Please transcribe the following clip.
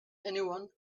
anyone